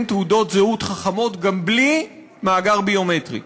תעודות זהות חכמות גם בלי מאגר ביומטרי.